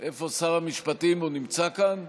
איפה שר המשפטים, הוא נמצא כאן?